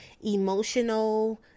emotional